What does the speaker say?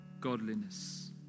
Godliness